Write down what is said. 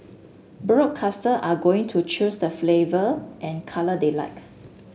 broadcaster are going to choose the flavour and colour they like